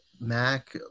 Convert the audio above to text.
Mac